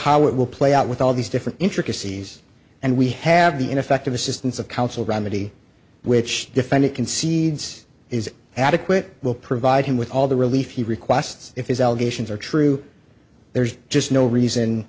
how it will play out with all these different intricacies and we have the ineffective assistance of counsel remedy which defendant concedes is adequate will provide him with all the relief he requests if his allegations are true there's just no reason